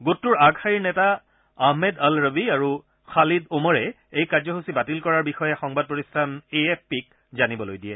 গোটটোৰ আগশাৰীৰ নেতা আহমেদ আল ৰাবি আৰু খালিড ওমৰে এই কাৰ্যসূচী বাতিল কৰাৰ বিষয়ে সংবাদ প্ৰতিষ্ঠান এ এফ পিক জানিবলৈ দিয়ে